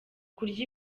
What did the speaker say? kurya